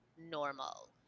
normal